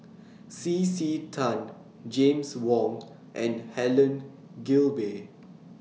C C Tan James Wong and Helen Gilbey